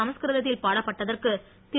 சமஸ் கிருத் தில் பாடப்பட்டதற்கு தி ரு